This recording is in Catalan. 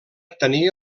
tenia